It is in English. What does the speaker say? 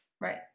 Right